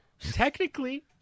Technically